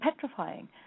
petrifying